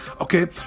okay